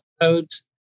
codes